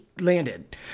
landed